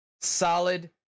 solid